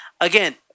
Again